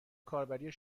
کاربری